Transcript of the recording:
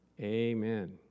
amen